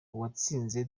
uwatsinze